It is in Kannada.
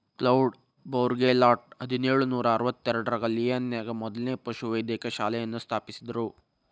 ಕ್ಲೌಡ್ ಬೌರ್ಗೆಲಾಟ್ ಹದಿನೇಳು ನೂರಾ ಅರವತ್ತೆರಡರಾಗ ಲಿಯಾನ್ ನ್ಯಾಗ ಮೊದ್ಲನೇ ಪಶುವೈದ್ಯಕೇಯ ಶಾಲೆಯನ್ನ ಸ್ಥಾಪಿಸಿದ್ರು